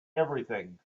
everything